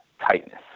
tightness